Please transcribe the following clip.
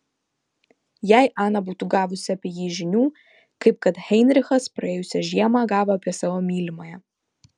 jei ana būtų gavusi apie jį žinių kaip kad heinrichas praėjusią žiemą gavo apie savo mylimąją